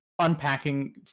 unpacking